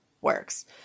works